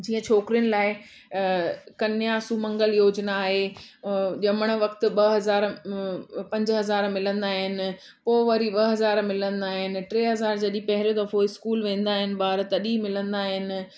जीअं छोकिरियुनि लाइ कन्या सुमंगल योजना आहे अ जमण वक़्तु ॿ हज़ार अ पंज हज़ार मिलंदा आहिनि पोइ वरी ॿ हज़ार मिलंदा आहिनि टे हज़ार जॾहिं पहिरें दफ़ो इस्कूल वेंदा आहिनि ॿार तॾहिं मिलंदा आहिनि